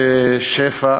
ושפע,